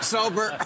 Sober